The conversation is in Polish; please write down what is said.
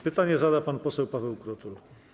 Pytanie zada pan poseł Paweł Krutul.